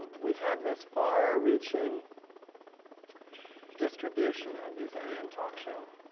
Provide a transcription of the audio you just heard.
we have this far-reaching distribution of these am talk show